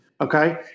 Okay